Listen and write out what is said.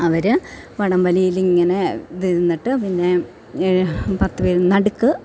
അവര് വടംവലിയിൽ ഇങ്ങനെ നിന്നിട്ട് പിന്നെ ഈ പത്ത് പേര് നടുക്ക്